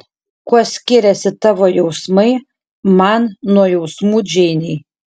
kuo skiriasi tavo jausmai man nuo jausmų džeinei